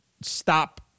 stop